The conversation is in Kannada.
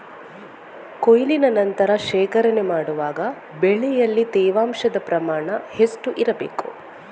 ಕೊಯ್ಲಿನ ನಂತರ ಶೇಖರಣೆ ಮಾಡುವಾಗ ಬೆಳೆಯಲ್ಲಿ ತೇವಾಂಶದ ಪ್ರಮಾಣ ಎಷ್ಟು ಇರಬೇಕು?